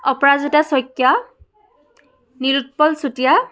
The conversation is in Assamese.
অপৰাজিতা শইকীয়া নিলোৎপল চুতীয়া